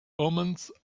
omens